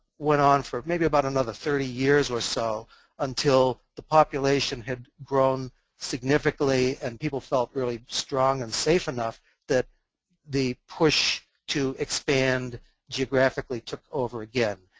went on for maybe about another thirty years or so until the population had grown significantly and people felt really strong and safe enough so the push to expand geographically took over again.